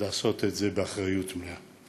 ולעשות את זה באחריות מלאה.